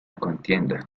contienda